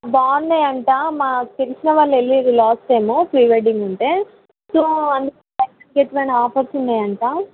బాగున్నాయి అంట మాకు తెలిసిన వాళ్ళు వెళ్ళిర్రు లాస్ట్ టైమ్ ప్రీ వెడ్డింగ్ ఉంటే సో అందులో buy one get one offers ఉన్నాయంట